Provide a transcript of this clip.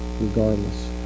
regardless